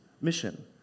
mission